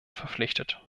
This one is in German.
verpflichtet